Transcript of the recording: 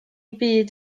byd